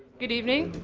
good evening.